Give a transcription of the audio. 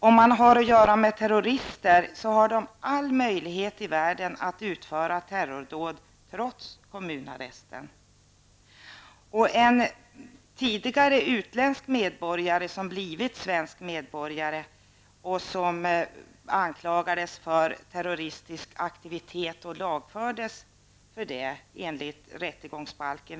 Om man har att göra med terrorister, har de all möjlighet i världen att utföra terrordåd trots kommunarrest. En tidigare utländsk medborgare, som blivit svensk medborgare, anklagades för terroristisk aktivitet och lagfördes enligt rättegångsbalken.